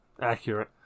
Accurate